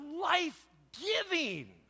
life-giving